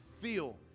feel